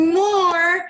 more